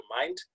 mind